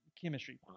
chemistry